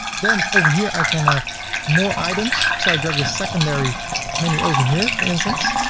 then over here i can have more items, so i drag the secondary menu over here for instance.